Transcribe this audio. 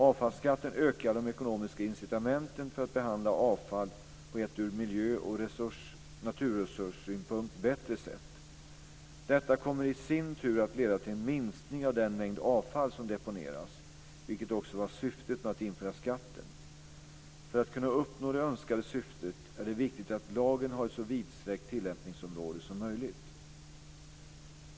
Avfallsskatten ökar de ekonomiska incitamenten för att behandla avfall på ett ur miljö och naturresurssynpunkt bättre sätt. Detta kommer i sin tur att leda till en minskning av den mängd avfall som deponeras, vilket också var syftet med att införa skatten. För att kunna uppnå det önskade syftet är det viktigt att lagen har ett så vidsträckt tillämpningsområde som möjligt.